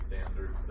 standards